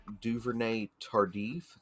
Duvernay-Tardif